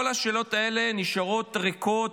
כל השאלות האלה נשארות ריקות,